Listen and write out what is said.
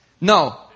No